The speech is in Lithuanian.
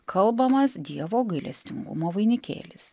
kalbamas dievo gailestingumo vainikėlis